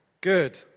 Good